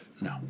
No